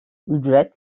ücret